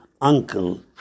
uncle